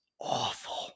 awful